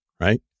right